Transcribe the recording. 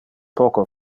poco